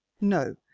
No